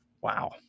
Wow